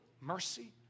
mercy